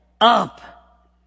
up